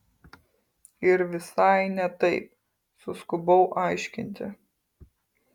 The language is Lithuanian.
yra visai ne taip suskubau aiškinti